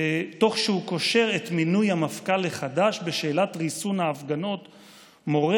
תוך שהוא קושר את מינוי המפכ"ל החדש בשאלת ריסון ההפגנות: מורה